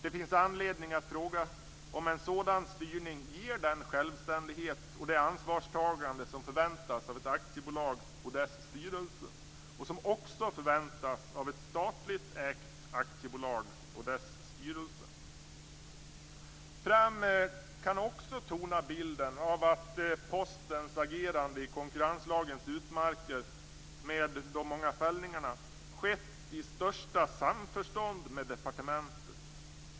Det finns anledning att fråga om en sådan styrning ger den självständighet och det ansvarstagande som förväntas av ett aktiebolag och dess styrelse och som också förväntas av ett statligt ägt aktiebolag och dess styrelse. Fram tonar också bilden av att Postens agerande i konkurrenslagens utmarker med de många fällningarna skett i största samförstånd med departementet.